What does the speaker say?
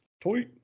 Toy